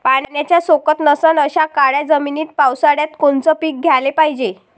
पाण्याचा सोकत नसन अशा काळ्या जमिनीत पावसाळ्यात कोनचं पीक घ्याले पायजे?